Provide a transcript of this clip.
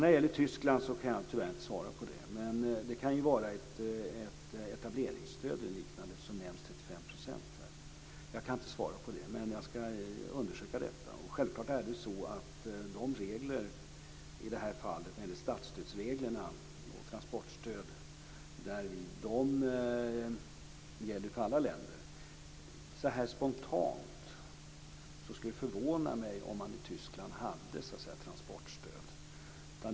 När det gäller Tyskland så kan jag tyvärr inte svara på det. Men det kan röra sig om ett etableringsstöd eller liknande på 35 %, som har nämnts här. Jag kan alltså inte svara på detta, men jag ska undersöka det. Statsstödsreglerna och därvid transportstödet gäller självfallet för alla länder. Spontant kan jag säga att det skulle förvåna mig om man i Tyskland har transportstöd.